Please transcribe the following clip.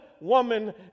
woman